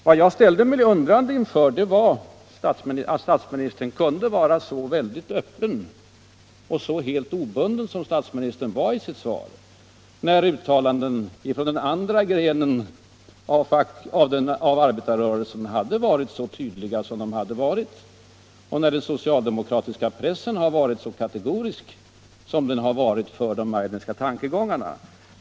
Vad jag ställde mig undrande inför var att statministern kunde vara så väldigt öppen och så helt obunden som statsministern var i sitt svar, när uttalanden från den andra grenen av arbetarrörelsen har varit så tydliga som de varit och när den socialdemokratiska pressen varit så kategorisk som den har varit för de Meidnerska tankegångarna.